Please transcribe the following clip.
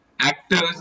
actors